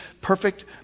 perfect